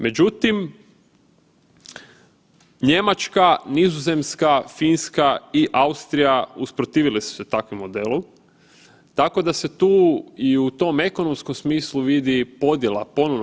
Međutim, Njemačka, Nizozemska, Finska i Austrija usprotivile su se takvom modelu, tako da se tu i u tom ekonomskom smislu vidi podjela ponovno.